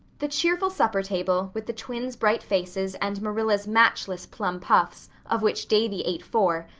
the cheerful supper table, with the twins' bright faces, and marilla's matchless plum puffs. of which davy ate four.